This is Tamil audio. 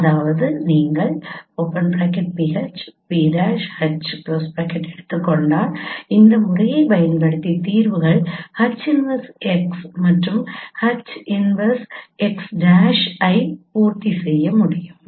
அதாவது நீங்கள் PH P'H எடுத்துக் கொண்டால் இந்த முறையைப் பயன்படுத்தி தீர்வுகள் H 1x மற்றும் H 1x' ஐயும் பூர்த்தி செய்யும்